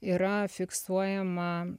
yra fiksuojama